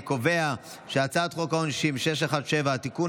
אני קובע שהצעת חוק העונשין (תיקון,